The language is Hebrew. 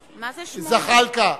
זחאלקה,